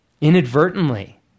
inadvertently